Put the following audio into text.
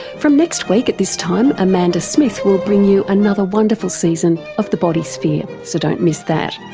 from next week at this time, amanda smith will bring you another wonderful season of the body sphere, so don't miss that.